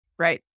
Right